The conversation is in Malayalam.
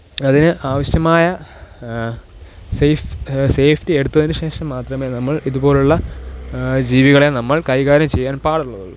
അതിന് ആവശ്യമായ സേഫ് സേഫ്റ്റി എടുത്തതിന് ശേഷം മാത്രമേ നമ്മള് ഇതുപോലുള്ള ജീവികളെ നമ്മള് കൈകാര്യം ചെയ്യാന് പാടുള്ളതുള്ളൂ